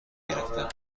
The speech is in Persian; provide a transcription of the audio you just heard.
گرفتم